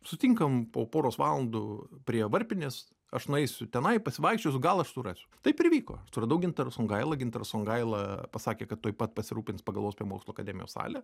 sutinkam po poros valandų prie varpinės aš nueisiu tenai pasivaikščiosiu gal aš surasiu taip ir įvyko aš suradau gintarą songailą gintaras songaila pasakė kad tuoj pat pasirūpins pagalvos apie mokslų akademijos salę